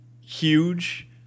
Huge